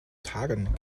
tagen